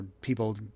people